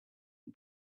and